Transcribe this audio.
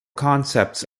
concepts